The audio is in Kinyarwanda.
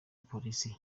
polisi